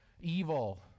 evil